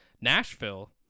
Nashville